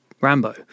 rambo